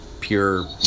pure